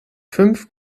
fünf